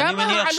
אם יש,